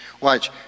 Watch